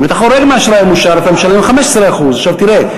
אם אתה חורג מהאשראי המאושר אתה משלם 15%. עכשיו תראה,